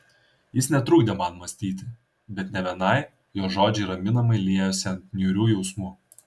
jis netrukdė man mąstyti bet ne vienai jo žodžiai raminamai liejosi ant niūrių jausmų